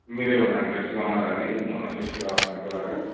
మీరు ఏమైనా ఇంట్రెస్ట్గా ఉన్నారా అండి ఏమైనా చర్చికి రావడానికి అలాగా